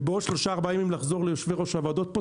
ובעוד שלושה ארבעה ימים לחזור ליושבי ראש הוועדות פה.